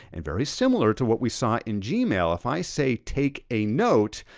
and very similar to what we saw in gmail, if i say take a note,